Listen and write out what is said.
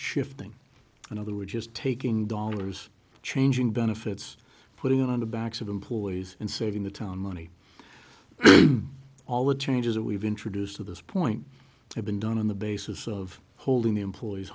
shifting and other we're just taking dollars changing benefits putting it on the backs of employees and saving the town money all the changes that we've introduced to this point have been done on the basis of holding the employees